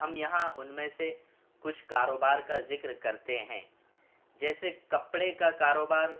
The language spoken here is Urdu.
ہم یہاں ان میں سے کچھ کاروبار کا ذکر کرتے ہیں جیسے کپڑے کا کاروبار